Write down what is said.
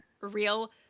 real